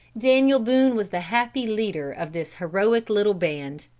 daniel boone was the happy leader of this heroic little band.